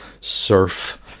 surf